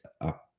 up